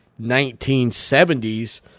1970s